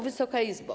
Wysoka Izbo!